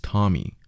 Tommy